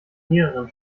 lehrerin